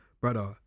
brother